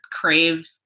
crave